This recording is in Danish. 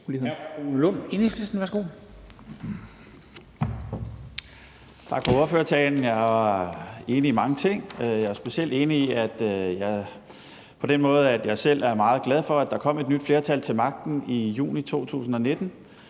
Kl. 09:24 Rune Lund (EL): Tak for ordførertalen. Jeg er enig i mange ting. Jeg er specielt enig på den måde, at jeg selv er meget glad for, at der kom et nyt flertal til magten i juni 2019,